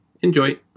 Enjoy